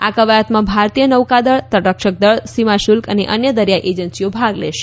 આ ક્વાયતમાં ભારતીય નૌકાદળ તટરક્ષક દળ સીમા શુલ્ક અને અન્ય દરિયાઈ એજન્સીઓ ભાગ લેશે